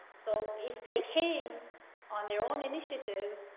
so if they came on their own initiative,